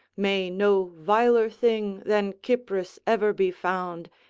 may no viler thing than cypris ever be found,